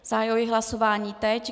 Zahajuji hlasování teď.